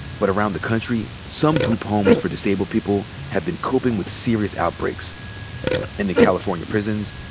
but around the country, some group homes for disabled people have been coping with serious outbreaks. and in california prisons,